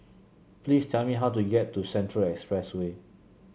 please tell me how to get to Central Expressway